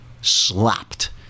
slapped